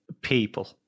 people